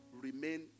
remain